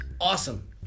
awesome